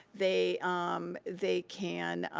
they um they can